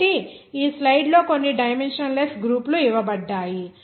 కాబట్టి ఈ స్లైడ్లో కొన్ని డైమెన్లెస్ గ్రూపులు ఇవ్వబడ్డాయి